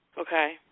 Okay